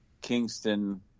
Kingston